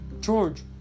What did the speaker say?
George